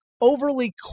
overly